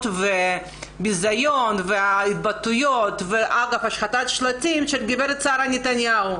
והביזיון וההתבטאויות והשחתת השלטים של הגב' שרה נתניהו.